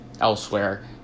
elsewhere